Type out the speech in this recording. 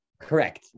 correct